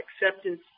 acceptance